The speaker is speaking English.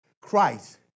Christ